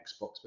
Xbox